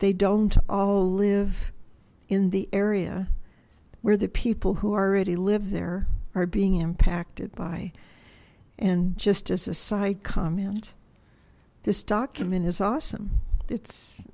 they don't all live in the area where the people who already live there are being impacted by and just as a side comment this document is awesome it's